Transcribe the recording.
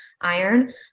iron